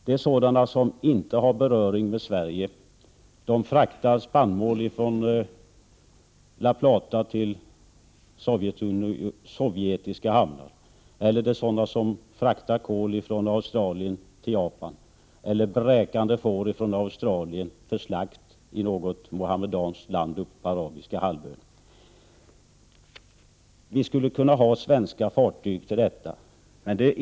Det är sådana som inte har beröring med Sverige utan fraktar spannmål från La Plata till sovjetiska hamnar eller fraktar kol från Australien till Japan eller bräkande får från Australien för slakt i något muhammedanskt land på den arabiska halvön. Vi skulle kunna ha svenska fartyg till detta — ja visst.